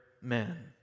men